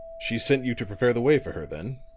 she sent you to prepare the way for her, then?